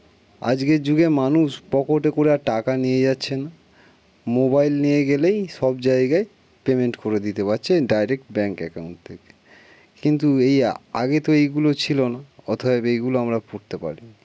আজকের যুগে মানুষ পকেটে করে আর টাকা নিয়ে যাচ্ছে না মোবাইল নিয়ে গেলেই সব জায়গায় পেমেন্ট করে দিতে পারছে ডাইরেক্ট ব্যাংক অ্যাকাউন্ট থেকে কিন্তু এই আগে তো এইগুলো ছিলো না অথবা এইগুলো আমরা পড়তে পারি